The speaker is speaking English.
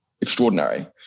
extraordinary